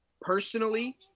Personally